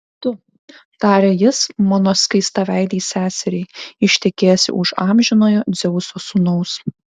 tu tarė jis mano skaistaveidei seseriai ištekėsi už amžinojo dzeuso sūnaus